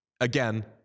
again